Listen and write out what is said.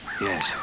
Yes